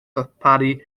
ddarparu